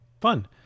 Fun